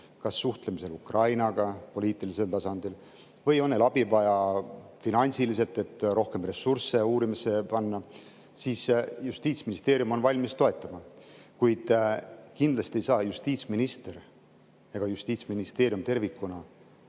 kas suhtlemisel Ukrainaga poliitilisel tasandil, või on neil vaja abi finantsiliselt, et rohkem ressursse uurimisse panna, siis Justiitsministeerium on valmis toetama. Kuid kindlasti ei saa justiitsminister ega Justiitsministeerium tervikuna